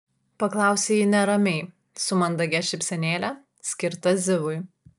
paklausė ji neramiai su mandagia šypsenėle skirta zivui